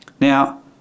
Now